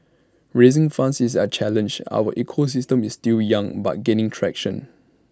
raising funds is A challenge our ecosystem is still young but gaining traction